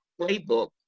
playbook